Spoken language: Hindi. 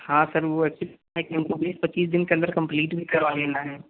हाँ सर वह एक्चुअली क्या है कि हमको बीस पच्चीस दिन के अंदर कम्पलीट भी करवा लेना है